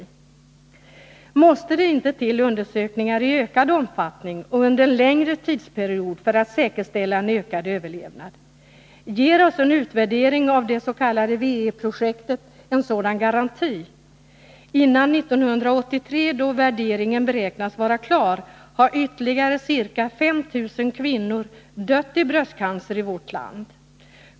Måste det inte till undersökningar i ökad omfattning och under en längre tidsperiod för att säkerställa en ökad överlevnad? Ger oss en utvärdering av det s.k. W-E-projektet en sådan garanti? Före 1983, då utvärderingen beräknas vara klar, har ytterligare ca 5 000 kvinnor dött i bröstcancer i vårt land.